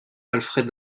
alfred